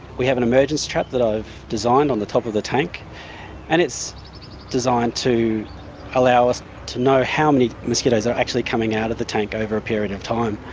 we have an emergence trap that i've designed on the top of the tank and it's designed to allow us to know how many mosquitoes are actually coming out of the tank over a period of time,